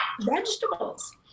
vegetables